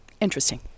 interesting